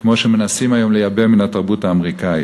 כמו שמנסים היום לייבא מן התרבות האמריקנית.